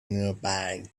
nearby